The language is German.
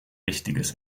wichtiges